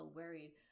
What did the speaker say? worried